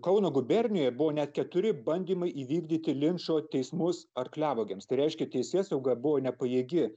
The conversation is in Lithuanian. kauno gubernijoj buvo net keturi bandymai įvykdyti linčo teismus arkliavagiams reiškia teisėsauga buvo nepajėgi